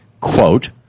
quote